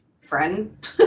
friend